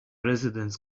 residents